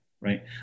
right